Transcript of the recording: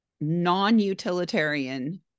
non-utilitarian